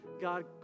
God